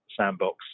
sandbox